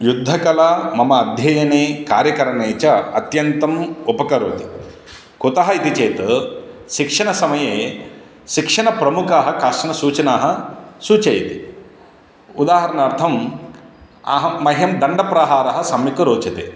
युद्धकला मम अध्ययने कार्यकरणे च अत्यन्तम् उपकरोति कुतः इति चेत् शिक्षणसमये शिक्षणप्रमुखः काश्चन सूचनाः सूचयति उदाहरणार्थम् अहं मह्यं दण्डप्रहारः सम्यक् रोचते